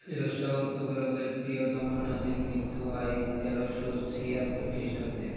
ফিরোজ শাহ তুঘলকের প্রিয়তম নাতির মৃত্যু হয় তেরোশো ছিয়াত্তর খৃস্টাব্দে